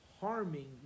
harming